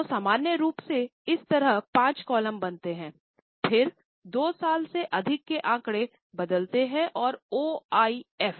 तो सामान्य रूप से इस तरह पांच कॉलम बनाते हैं फिर 2 साल से अधिक के आंकड़े बदलते हैं और ओआईएफ